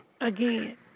Again